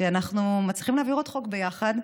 שאנחנו מצליחים להעביר עוד חוק יחד,